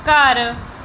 ਘਰ